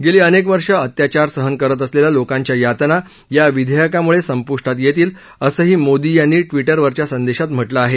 गेली अनेक वर्षे अत्याचार सहन करत असलेल्या लोकांच्या यातना या विधेयकामुळे संपूष्टात येतील असंही मोदी यांनी ट्विटरवरच्या संदेशात म्हटलं आहे